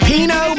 Pino